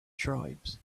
tribes